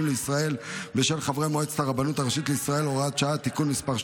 לישראל ושל חברי מועצת הרבנות הראשית לישראל והוראות נוספות)